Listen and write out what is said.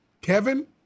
Kevin